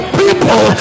people